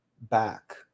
back